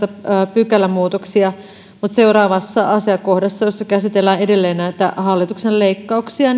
pykälämuutoksia mutta seuraavassa asiakohdassa jossa käsitellään edelleen näitä hallituksen leikkauksia